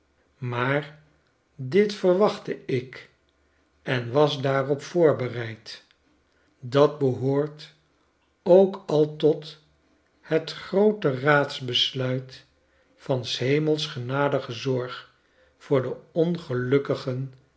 maar dit verwachtte ik en was daarop voorbereid dat behoort ook al tot het groote raadsbesluit van s hemels genadige zorg voor de ongelukkigen